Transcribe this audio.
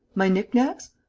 my knickknacks.